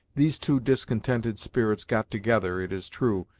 these two discontented spirits got together, it is true,